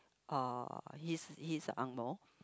uh he's he's angmoh